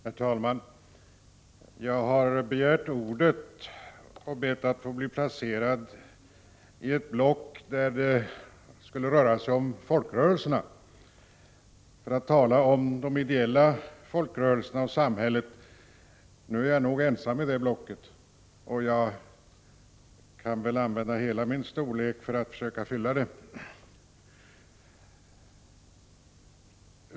Herr talman! Jag har när jag begärde ordet bett att bli placerad i ett block av talare där debatten skulle handla om folkrörelserna, eftersom jag ville tala om de ideella folkrörelserna och samhället. Nu är jag nog ensam i det blocket, och jag får väl använda min ”storlek” för att försöka fylla det.